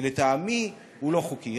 כי לטעמי הוא לא חוקי.